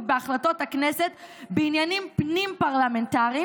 בהחלטות הכנסת בעניינים פנים-פרלמנטריים,